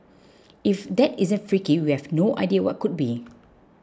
if that isn't freaky we have no idea what could be